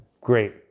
great